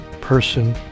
person